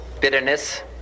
bitterness